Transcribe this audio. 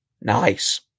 Nice